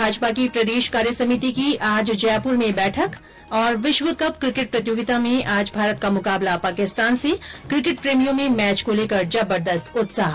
भाजपा की प्रदेश कार्य समिति की आज जयपुर में बैठक विश्व कप किकेट प्रतियोगिता में आज भारत का मुकाबला पाकिस्तान से किकेट प्रेमियों में मैच को लेकर जबदस्त उत्साह